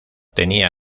tenía